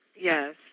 Yes